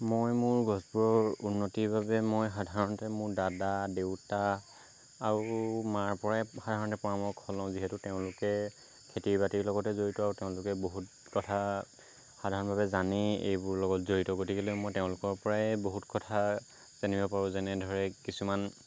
মই মোৰ গছবোৰৰ উন্নতিৰ বাবে মই সাধাৰণতে মোৰ দাদা দেউতা আৰু মাৰ পৰাই সাধাৰণতে পৰামৰ্শ লওঁ যিহেতু তেওঁলোকে খেতি বাতিৰ লগতে জড়িত আৰু তেওঁলোকে বহুত কথা সাধাৰণভাৱে জানে এইবোৰৰ লগত জড়িত গতিকেলৈ মই তেওঁলোকৰ পৰাই বহুত কথা জানিব পাৰোঁ যেনে ধৰক কিছুমান